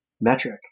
metric